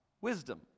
Wisdom